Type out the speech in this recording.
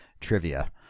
trivia